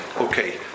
okay